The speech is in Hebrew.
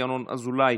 ינון אזולאי,